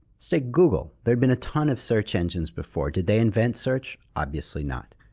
say, google. there have been a ton of search engines before. did they invent search? obviously not.